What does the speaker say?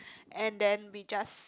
and then we just